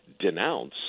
denounce